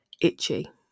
itchy